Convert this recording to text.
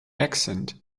accent